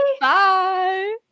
Bye